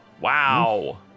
Wow